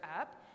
up